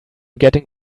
getting